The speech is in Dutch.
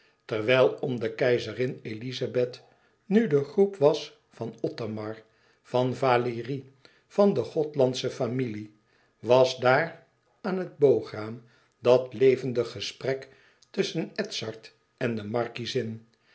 terwijl om de keizerin elizabeth nu de groep was van othomar van valérie van de gothlandsche familie was daar aan het boograam dat levendig gesprek tusschen edzard en de markiezin